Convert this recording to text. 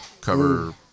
cover